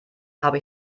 habe